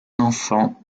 enfant